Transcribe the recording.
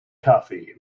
coffee